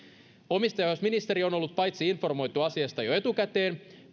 omistajaohjausministeri on ollut paitsi informoitu asiasta jo etukäteen